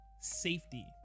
safety